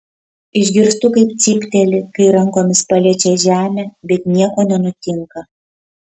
išgirstu kaip cypteli kai rankomis paliečia žemę bet nieko nenutinka